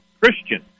Christian